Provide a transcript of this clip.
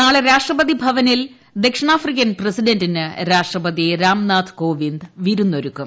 നാളെ രാഷ്ട്രപതി ഭവനിൽ ദക്ഷിണാഫ്രിക്കൻ പ്രസിഡന്റിന് രാഷ്ട്രപതി രാംനാഥ് കോവിന്ദ് വിരുന്നൊരുക്കും